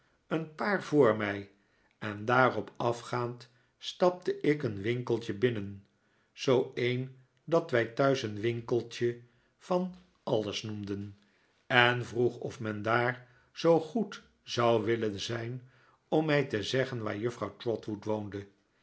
een paar voor mij en daarop afgaand stapte ik een winkeltje binnen zoo een dat wij thuis een winkeltje van alles noemden en vroeg of men daar zoo goed zou willen zijn om mij te zeggen waar juffrouw trotwood woonde